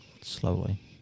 Slowly